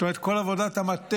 זאת אומרת כל עבודת המטה